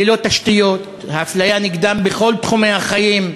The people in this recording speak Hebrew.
ללא תשתיות, האפליה נגדם, בכל תחומי החיים.